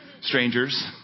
strangers